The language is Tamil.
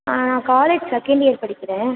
நான் காலேஜ் செகண்ட் இயர் படிக்கின்றேன்